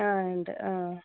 ആ ഉണ്ട് ആ